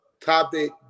topic